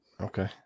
Okay